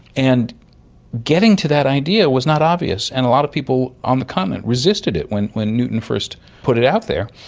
and getting to that idea was not obvious, and a lot of people on the continent resisted it when when newton first put it out there.